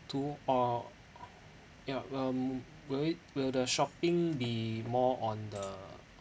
to or ya um will it will the shopping be more on the